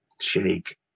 shake